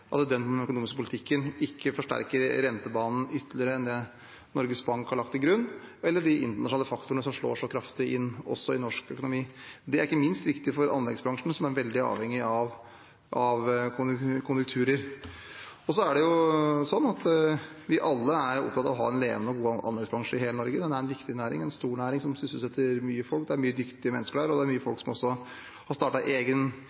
at folk ser at den økonomiske politikken ikke forsterker rentebanen ytterligere enn det Norges Bank har lagt til grunn, eller at de internasjonale faktorene slår kraftig inn også i norsk økonomi. Det er ikke minst viktig for anleggsbransjen, som er veldig avhengig av konjunkturer. Så er vi alle opptatt av å ha en levende og god anleggsbransje i hele Norge. Det er en viktig og stor næring som sysselsetter mange folk. Det er mange dyktige mennesker der, og det er mange folk som også har startet egen